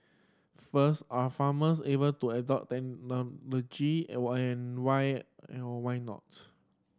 first are farmers able to adopt technology and why and why or why not